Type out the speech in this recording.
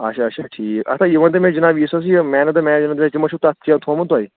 آچھا آچھا ٹھیٖک اَتھا یہِ ؤنۍتو مےٚ جِناب یُس حظ یہِ مین آف دَ میچ تِمو چھِ تَتھ کینٛہہ تھوٚومُت تۄہہِ